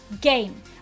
game